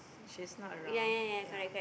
she's not around ya